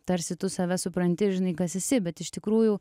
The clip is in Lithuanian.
tarsi tu save supranti žinai kas esi bet iš tikrųjų